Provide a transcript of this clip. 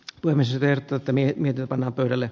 tulemme sitä ja tätä mieti mitä panna pöydälle